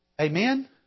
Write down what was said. Amen